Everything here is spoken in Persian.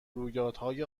رویدادهای